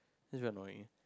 it's very annoying